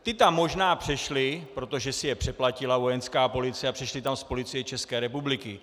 Ti tam možná přešli, protože si je přeplatila Vojenská policie, a přišli tam z Policie České republiky.